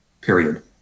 Period